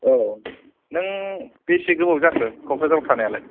औ नों बेसे गोबाव जाखो क'क्राझाराव थानायालाय